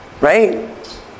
right